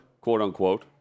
quote-unquote